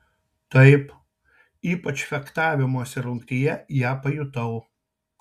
taip ypač fechtavimosi rungtyje ją pajutau